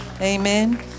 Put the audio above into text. Amen